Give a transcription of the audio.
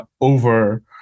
over